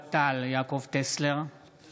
אוהד טל, אינו נוכח יעקב טסלר, אינו